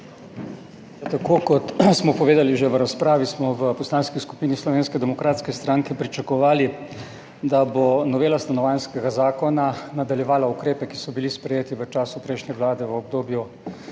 Tako kot smo povedali že v razpravi, smo v Poslanski skupini Slovenske demokratske stranke pričakovali, da bo novela Stanovanjskega zakona nadaljevala ukrepe, ki so bili sprejeti v času prejšnje vlade v obdobju